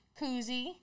koozie